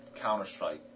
Counter-Strike